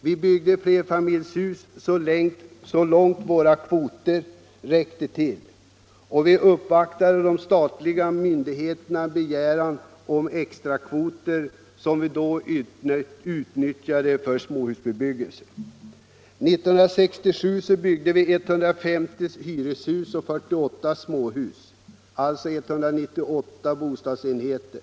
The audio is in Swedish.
Vi byggde flerfamiljshus så långt våra kvoter räckte, och vi uppvaktade de statliga myndigheterna med begäran om extrakvoter som vi utnyttjade för småhusbebyggelse. 1967 byggde vi 150 hyreshus och 48 småhus, alltså 198 bostadsenheter.